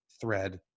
thread